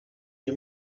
nie